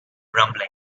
rumbling